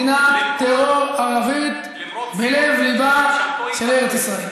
לא תקום מדינת טרור ערבית בלב-ליבה של ארץ ישראל,